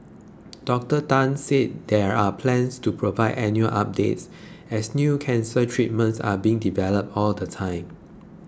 Doctor Tan said there are plans to provide annual updates as new cancer treatments are being developed all the time